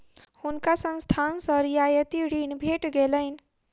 हुनका संस्थान सॅ रियायती ऋण भेट गेलैन